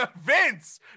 Vince